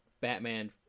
batman